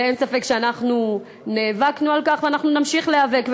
ואין ספק שאנחנו נאבקנו על כך ואנחנו נמשיך להיאבק.